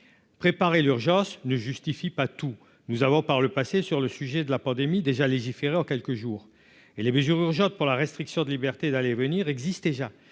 préparer l'urgence ne justifie pas tout, nous avons par le passé sur le sujet de la pandémie déjà légiféré en quelques jours et les mesures urgentes pour la restriction de liberté d'aller et venir existe déjà